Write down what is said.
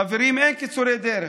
חברים, אין קיצורי דרך.